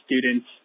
students